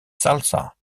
salsa